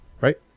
right